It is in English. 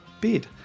bid